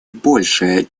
большее